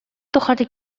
тухары